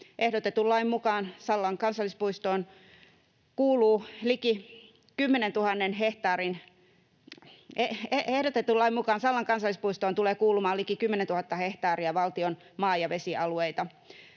Ehdotetun lain mukaan Sallan kansallispuistoon tulee kuulumaan liki 10 000 hehtaaria valtion maa- ja vesialueita.